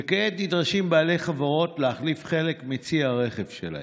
וכעת נדרשים בעלי חברות להחליף חלק מציי הרכב שלהם.